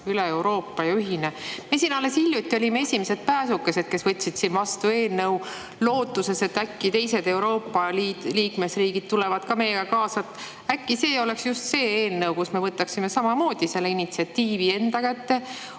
üle Euroopa ja ühine. Me siin alles hiljuti olime esimesed pääsukesed, kes võtsid vastu eelnõu lootuses, et äkki teised Euroopa Liidu liikmesriigid tulevad meiega kaasa. Äkki see oleks just see eelnõu, millega me võtaksime samamoodi initsiatiivi enda kätte,